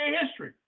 history